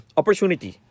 opportunity